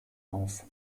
auf